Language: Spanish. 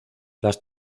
las